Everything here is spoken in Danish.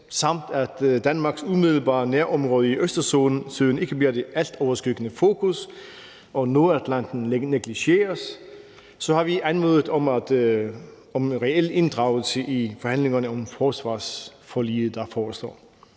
og at Danmarks umiddelbare nærområde i Østersøen ikke bliver det altoverskyggende fokus og Nordatlanten negligeres, har vi anmodet om reel inddragelse i forhandlingerne om forsvarsforliget, der forestår.